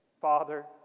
Father